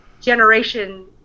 generation